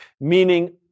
meaning